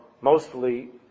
mostly